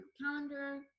Calendar